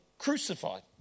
crucified